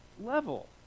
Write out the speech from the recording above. level